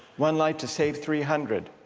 one life to save three hundred